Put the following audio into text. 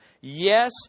Yes